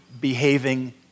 behaving